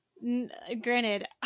granted